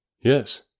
Yes